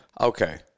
okay